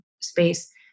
space